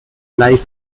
live